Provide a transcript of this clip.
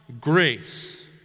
grace